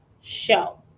show